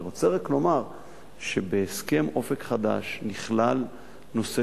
אני רוצה רק לומר שבהסכם "אופק חדש" נכלל הנושא